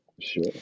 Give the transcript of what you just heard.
Sure